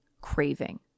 craving